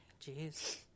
Jeez